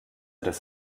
des